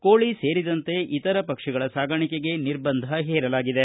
ಕೋಳಿ ಸೇರಿದಂತೆ ಇತರೆ ಪಕ್ಷಿಗಳ ಸಾಗಾಣಿಕೆಗೆ ನಿರ್ಬಂಧ ಹೇರಲಾಗಿದೆ